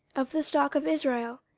of the stock of israel,